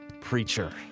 preacher